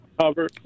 cover